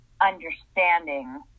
understanding